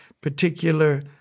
particular